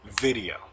video